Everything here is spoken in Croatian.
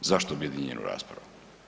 Zašto objedinjenu raspravu?